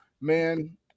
Man